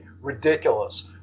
ridiculous